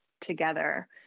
together